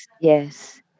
Yes